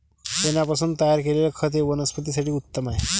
शेणापासून तयार केलेले खत हे वनस्पतीं साठी उत्तम आहे